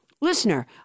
Listener